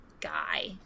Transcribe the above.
guy